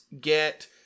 get